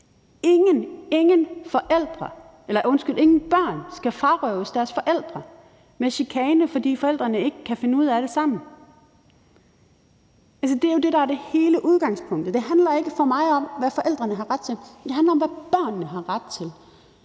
ingen – børn skal frarøves deres forældre med chikane, fordi forældrene ikke kan finde ud af det sammen. Altså, det er jo det, der er hele udgangspunktet. Det handler for mig ikke om, hvad forældrene har ret til, men det handler om, hvad børnene har ret til.